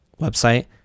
website